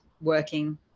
working